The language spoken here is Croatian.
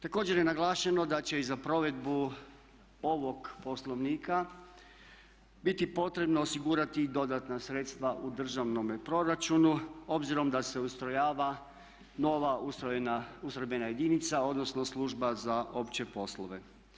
Također je naglašeno da će i za provedbu ovog Poslovnika biti potrebno osigurati dodatna sredstva u državnome proračunu obzirom da se ustrojava nova ustrojbena jedinica odnosno služba za opće poslove.